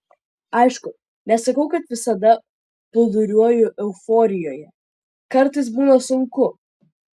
aišku nesakau kad visada plūduriuoju euforijoje kartais būna sunku